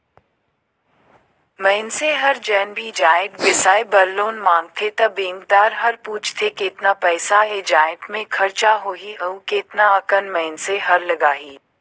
मइनसे हर जेन भी जाएत बिसाए बर लोन मांगथे त बेंकदार हर पूछथे केतना पइसा ए जाएत में खरचा होही अउ केतना अकन मइनसे हर लगाही